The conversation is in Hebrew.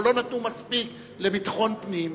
או לא נתנו מספיק לביטחון פנים,